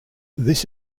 this